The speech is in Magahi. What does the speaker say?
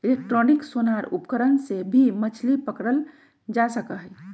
इलेक्ट्रॉनिक सोनार उपकरण से भी मछली पकड़ल जा सका हई